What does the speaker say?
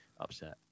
upset